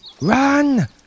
Run